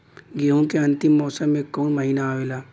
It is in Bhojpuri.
गेहूँ के अंतिम मौसम में कऊन महिना आवेला?